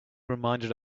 reminded